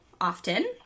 often